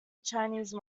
chinese